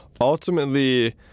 Ultimately